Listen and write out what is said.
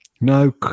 No